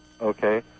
Okay